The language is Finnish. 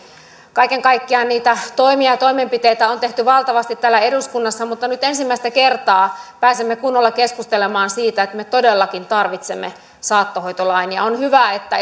kaiken kaikkiaan niitä toimia ja toimenpiteitä on tehty valtavasti täällä eduskunnassa mutta nyt ensimmäistä kertaa pääsemme kunnolla keskustelemaan siitä että me todellakin tarvitsemme saattohoitolain ja on hyvä että